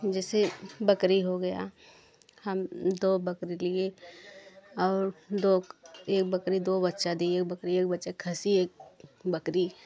जैसे बकरी हो गया हम दो बकरी लिए और दो एक बकरी दो बच्चा दिए एक बकरी एक बच्चा खस्सी एक बकरी